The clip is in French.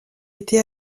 été